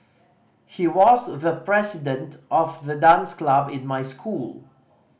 he was the president of the dance club in my school